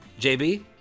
JB